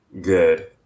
good